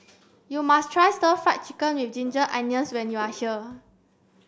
you must try stir fry chicken with ginger onions when you are here